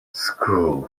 school